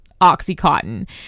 Oxycontin